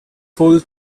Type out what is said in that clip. full